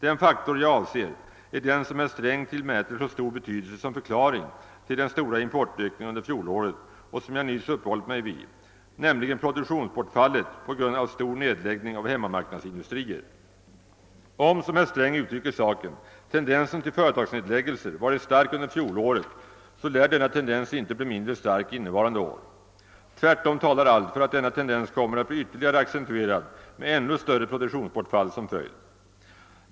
Den faktor jag avser är den som herr Sträng tillmäter så stor betydelse som förklaring till den stora importökningen under fjolåret och som jag nyss uppehållit mig vid, nämligen produktionsbortfallet på grund av stor nedläggning av hemmamarknadsindustrier. Om tendensen till företagsnedläggelser, som herr Sträng uttrycker saken, varit stark under fjolåret, så lär den icke bli mindre stark innevarande år. Tvärtom talar allt för att denna tendens kommer att bli ytterligare accentuerad med ändå större produktionsbortfall som följd.